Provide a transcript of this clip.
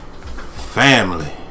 family